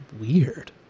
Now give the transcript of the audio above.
weird